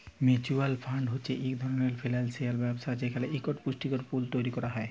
mutual fund হছে ইক ধরলের ফিল্যালসিয়াল ব্যবস্থা যেখালে ইকট পুঁজির পুল তৈরি ক্যরা হ্যয়